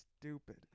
stupid